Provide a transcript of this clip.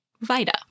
VITA